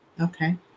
Okay